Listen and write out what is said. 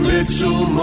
Mitchell